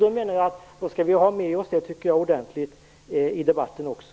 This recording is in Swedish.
Då menar jag att vi skall ha med oss det ordentligt i debatten också.